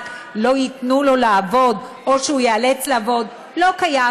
לא ייתנו לו לעבוד או שהוא ייאלץ לעבוד לא קיים,